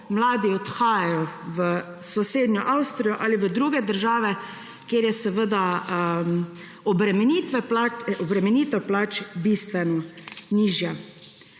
mladi odhajajo v sosednjo Avstrijo ali v druge države, kjer je obremenitev plač bistveno nižja.